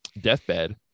deathbed